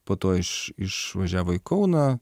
po to iš išvažiavo į kauną